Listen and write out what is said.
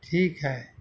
ٹھیک ہے